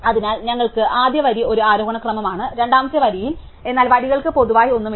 അതിനാൽ ഞങ്ങൾക്ക് ആദ്യ വരി ഒരു ആരോഹണ ക്രമമാണ് രണ്ടാമത്തെ വരിയിൽ എന്നാൽ വരികൾക്ക് പൊതുവായി ഒന്നുമില്ല